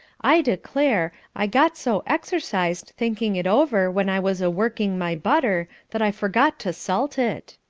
i declare, i got so exercised thinking it over when i was a working my butter, that i forgot to salt it.